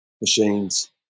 machines